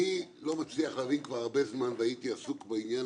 אני לא מצליח להבין והייתי עסוק בעניין